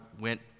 went